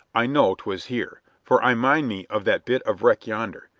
i know twas here, for i mind me of that bit of wreck yonder,